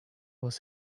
was